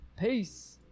Peace